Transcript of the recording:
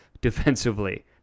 defensively